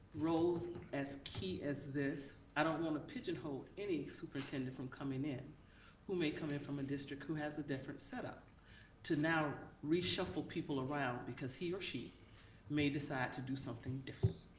roles as key as this, i don't wanna pigeonhole any superintendent from coming in who may come in from a district who has a different setup to now reshuffle people around because he or she may decide to do something different.